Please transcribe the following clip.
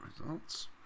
Results